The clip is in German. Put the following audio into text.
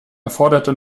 erforderte